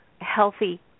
healthy